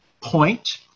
point